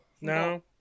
No